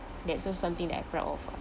that's also something that I proud of